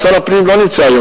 שר הפנים לא נמצא היום,